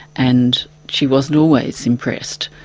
and she wasn't always impressed,